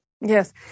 Yes